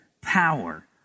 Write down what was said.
power